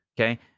okay